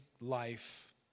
life